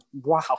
Wow